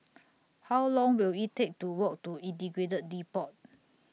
How Long Will IT Take to Walk to Integrated Depot